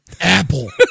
apple